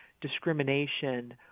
discrimination